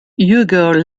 uyghur